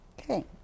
Okay